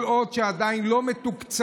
כל עוד עדיין לא מתוקצבים